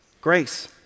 Grace